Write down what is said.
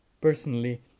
personally